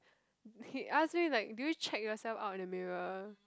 he ask me like do you check yourself out in the mirror